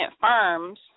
firms